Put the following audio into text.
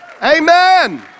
Amen